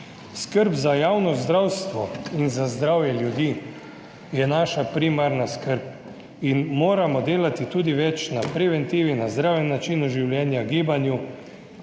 Skrb za javno zdravstvo in za zdravje ljudi je naša primarna skrb in moramo delati tudi več na preventivi, zdravem načinu življenja, gibanju.